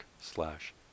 slash